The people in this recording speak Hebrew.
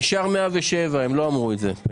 נשאר 107, הם לא אמרו את זה.